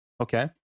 Okay